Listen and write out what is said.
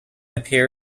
appear